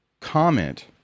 comment